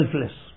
selfless